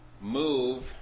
move